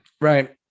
Right